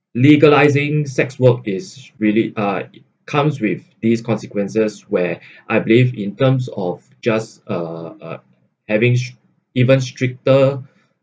legalising sex work is really uh it comes with these consequences where I believe in terms of just uh uh having even stricter